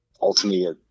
ultimately